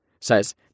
says